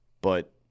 But-